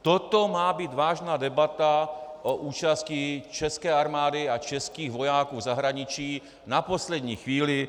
Toto má být vážná debata o účasti české armády a českých vojáků v zahraničí na poslední chvíli?